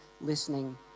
listening